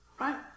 right